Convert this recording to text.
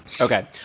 okay